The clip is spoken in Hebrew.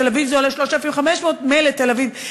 בתל-אביב זה עולה 3,500. מילא תל-אביב,